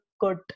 good